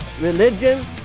religion